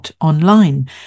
Online